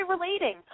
relating